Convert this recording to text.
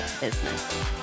business